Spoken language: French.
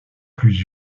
plus